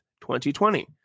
2020